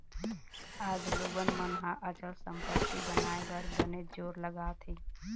आज लोगन मन ह अचल संपत्ति बनाए बर बनेच जोर लगात हें